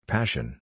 Passion